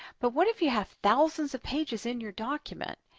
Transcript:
but what if you have thousands of pages in your document?